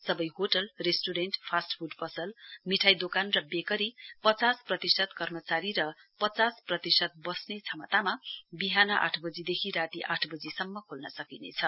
सबै hotel restaurant र fast food पसल मिठाई दोकान र बेकरी पचास प्रतिशत कर्मचारी र पचास प्रतिशत बस्ने क्षमतामा बिहान आठ बजीदेखि राती आठबजीसम्म खोल्न सकिनेछ